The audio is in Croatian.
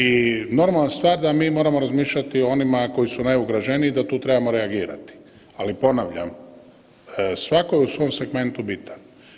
I normalna stvar da mi moramo razmišljati o onima koji su najugroženiji, da tu trebamo reagirati, ali ponavljam, svatko je u svom segmentu bitan.